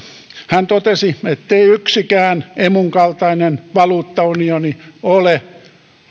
hän totesi ettei yksikään emun kaltainen valuuttaunioni ole